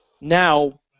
Now